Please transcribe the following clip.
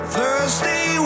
Thursday